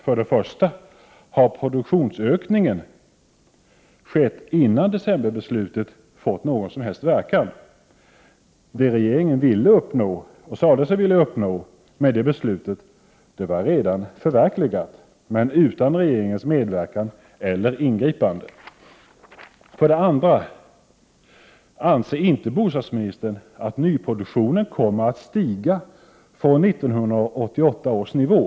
För det första har produktionsökningen skett innan decemberbeslutet fått någon som helst verkan. Det regeringen ville uppnå, och sade sig vilja uppnå, med det beslutet var redan förverkligat, men detta utan regeringens medverkan eller ingripande. För det andra anser inte bostadsminstern att nyproduktionen kommer att stiga från 1988 års nivå.